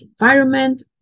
environment